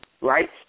Right